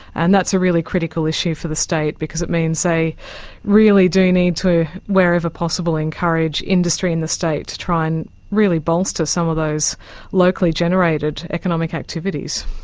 and that's a really critical issue for the state, because it means they really do need to, wherever possible, encourage industry in the state to try and really bolster some of those locally generated economic activities.